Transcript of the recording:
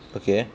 okay